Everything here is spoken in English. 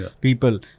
people